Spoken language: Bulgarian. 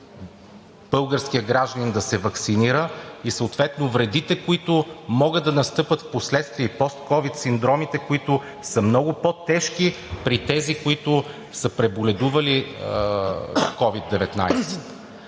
българският гражданин да се ваксинира и съответно вредите, които могат да настъпят впоследствие – постковид синдромите, които са много по-тежки при тези, които са преболедували COVID-19.